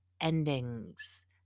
endings